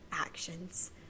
actions